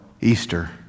Easter